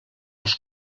als